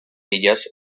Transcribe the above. ellas